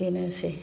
बेनोसै